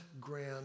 grand